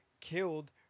killed